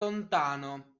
lontano